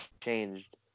changed